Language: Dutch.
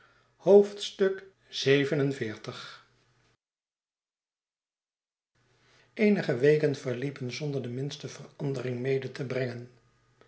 eenige weken verliepen zonder de minste verandering mede te brengen